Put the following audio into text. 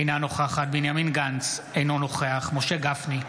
אינה נוכחת בנימין גנץ, אינו נוכח משה גפני,